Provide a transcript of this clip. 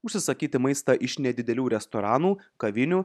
užsisakyti maistą iš nedidelių restoranų kavinių